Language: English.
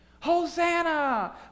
Hosanna